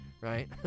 right